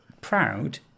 proud